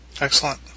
Excellent